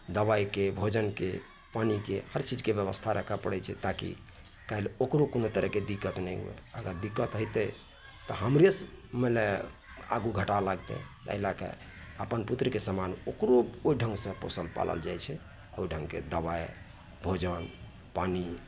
दबाइके भोजनके पानिके हर चीजके बेबस्था राखऽ पड़ैत छै ताकि काल्हि ओकरो कोनो तरहके दिक्कत नहि हुए अगर दिक्कत होयतै तऽ हमरे मने आगू घाटा लागतै एहि लैके अपन पुत्रके समान ओकरो ओहि ढङ्ग से पोसल पालल जाइत छै ओहि ढङ्गके दबाइ भोजन पानि